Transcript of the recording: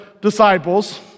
disciples